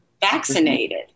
vaccinated